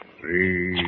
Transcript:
Three